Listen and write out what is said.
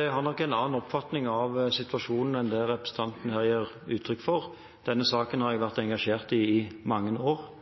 Jeg har nok en annen oppfatning av situasjonen enn det representanten her gir uttrykk for. Denne saken har jeg vært engasjert i i mange år.